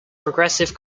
progressive